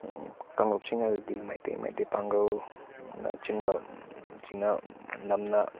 ꯀꯥꯡꯂꯨꯞꯁꯤꯡ ꯑꯗꯨꯗꯤ ꯃꯩꯇꯩ ꯃꯩꯇꯩ ꯄꯥꯡꯒꯜꯅ ꯆꯤꯡꯕ ꯁꯤꯅ ꯅꯝꯅ